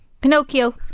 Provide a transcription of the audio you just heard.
Pinocchio